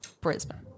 Brisbane